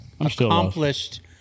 accomplished